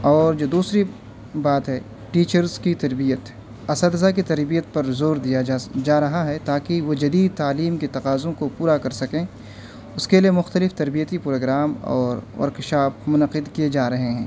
اور جو دوسری بات ہے ٹیچرس کی تربیت اساتذہ کی تربیت پر زور دیا جا رہا ہے تاکہ وہ جدید تعلیم کے تقاضوں کو پورا کر سکیں اس کے لیے مختلف تربیتی پروگرام اور ورک شاپ منعقد کیے جا رہے ہیں